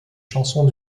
chansons